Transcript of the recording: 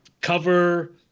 cover